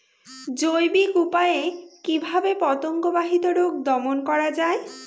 জৈবিক উপায়ে কিভাবে পতঙ্গ বাহিত রোগ দমন করা যায়?